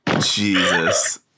jesus